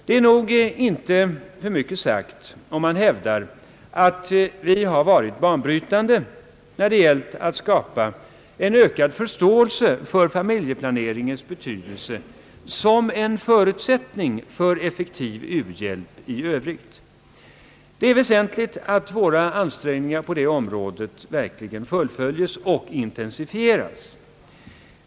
Det är inte för mycket sagt om man hävdar att vi har varit banbrytande när det gällt att skapa en ökad förståelse för familjeplanering såsom en förutsättning för effektiv u-hjälp i övrigt. Det är väsentligt att våra ansträngningar på detta område verkligen fullföljes och intensifieras.